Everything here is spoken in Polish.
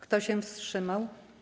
Kto się wstrzymał?